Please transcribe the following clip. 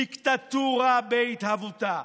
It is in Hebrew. דיקטטורה בהתהוותה.